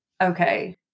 Okay